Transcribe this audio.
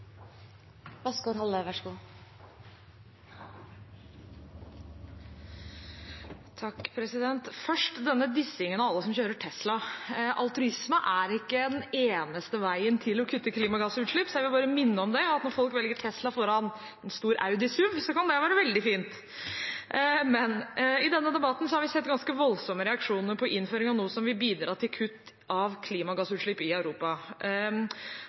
av alle som kjører Tesla: Altruisme er ikke den eneste veien til å kutte klimagassutslipp. Jeg vil bare minne om at når folk velger Tesla foran en stor Audi SUV, kan det være veldig fint. I denne debatten har vi sett ganske voldsomme reaksjoner på innføringen av noe som vil bidra til kutt av klimagassutslipp i Europa.